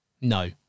No